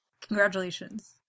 Congratulations